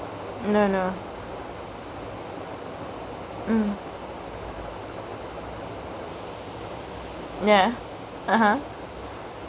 no no mm ya (uh huh)